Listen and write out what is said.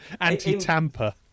Anti-tamper